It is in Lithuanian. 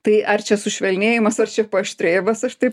tai ar čia sušvelnėjimas ar čia paaštrėjimas aš taip